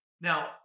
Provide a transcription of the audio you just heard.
Now